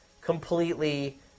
completely